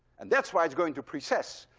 and that's why it's going to precess.